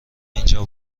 اینجا